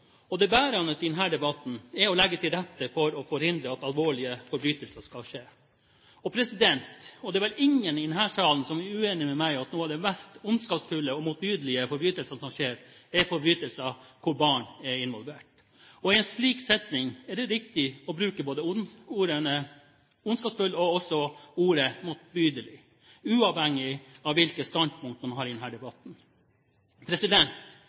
på. Det bærende i denne debatten er å legge til rette for å forhindre at alvorlige forbrytelser skal skje, og det er vel ingen i denne salen som er uenig med meg i at noen av de mest ondskapsfulle og motbydelige forbrytelsene som skjer, er forbrytelser hvor barn er involvert. I en slik setting er det riktig både å bruke ordene ondskapsfull og motbydelig, uavhengig av hvilket standpunkt man har i